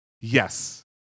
Yes